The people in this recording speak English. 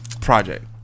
project